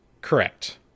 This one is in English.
Correct